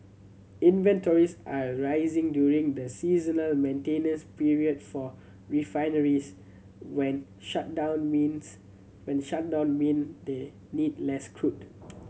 inventories are rising during the seasonal maintenance period for refineries when shutdown means when shutdowns mean they need less crude